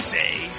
day